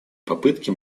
попытки